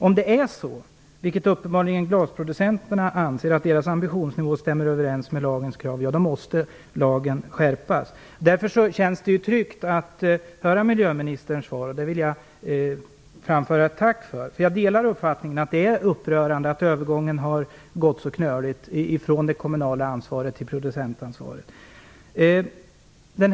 Om det är så, vilket uppenbarligen glasproducenterna anser, att deras ambitionsnivå stämmer överens med lagens krav måste lagen skärpas. Därför känns det tryggt att höra miljöministerns svar, och det vill jag framföra ett tack för. Jag delar uppfattningen att det är upprörande att övergången från det kommunala ansvaret till producentansvaret har gått så knöligt.